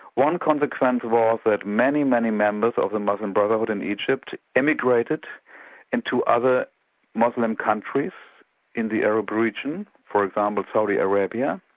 one consequence was that many, many members of the muslim brotherhood in egypt emigrated into other muslim countries in the arab region, for example, saudi arabia,